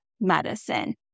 medicine